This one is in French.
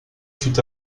fût